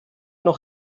noch